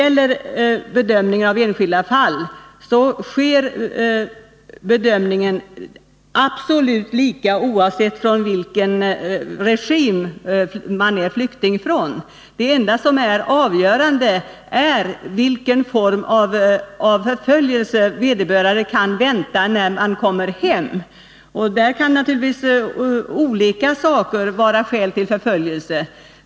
Bedömningen av enskilda fall är absolut densamma, oavsett från vilken regim man är flykting. Det enda som är avgörande är vilken form av förföljelse som vederbörande kan vänta sig när han kommer hem. Olika saker kan naturligtvis vara skäl till förföljelse.